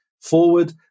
forward